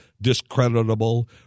discreditable